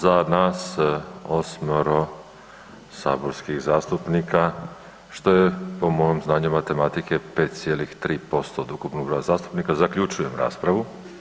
Za nas osmero saborskih zastupnika što je po mom znanju matematike 5,3% od ukupnog broja zastupnika zaključujem raspravu.